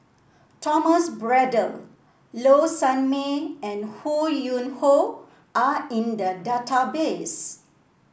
Thomas Braddell Low Sanmay and Ho Yuen Hoe are in the database